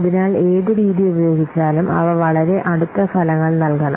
അതിനാൽ ഏത് രീതി ഉപയോഗിച്ചാലും അവ വളരെ അടുത്ത ഫലങ്ങൾ നൽകണം